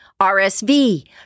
RSV